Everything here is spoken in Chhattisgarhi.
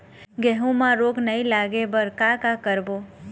गेहूं म रोग नई लागे बर का का करबो?